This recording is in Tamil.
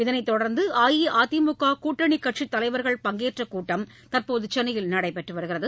இதனைத் தொடர்ந்து அஇஅதிமுக கூட்டணி கட்சித் தலைவர்கள் பங்கேற்ற கூட்டம் தற்போது சென்னையில் நடைபெற்று வருகிறது